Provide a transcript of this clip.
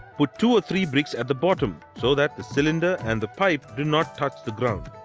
put two or three bricks at the bottom so that the cylinder and the pipe do not touch the ground.